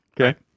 Okay